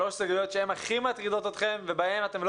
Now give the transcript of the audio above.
שלוש סוגיות שהן הכי מטרידות אתכם ובהן אתם לא